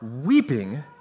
weeping